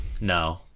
No